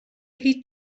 هیچ